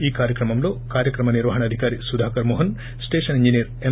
ఈ కార్యక్రమంలో కార్యక్రమ నిర్వహణ అధికారి సుధాకర్ మోహన్ స్టేషన్ ఇంజనీరు ఎం